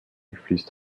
fließt